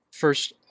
First